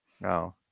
no